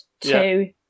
two